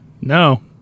No